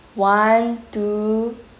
one two